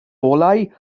olau